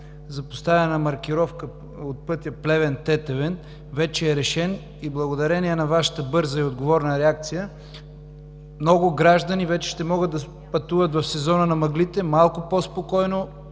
за поставяне на маркировка на пътя Плевен – Тетевен, вече е решен и благодарение на Вашата бърза и отговорна реакция много граждани вече ще могат да пътуват в сезона на мъглите малко по-спокойно,